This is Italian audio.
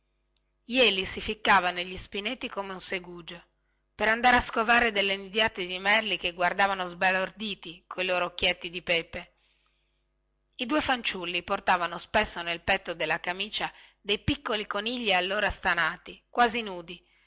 jeli si ficcava negli spineti come un segugio per andare a scovare delle nidiate di merli che guardavano sbalorditi coi loro occhietti di pepe i due fanciulli portavano spesso nel petto della camicia dei piccoli conigli allora stanati quasi nudi